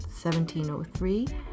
1703